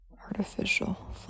artificial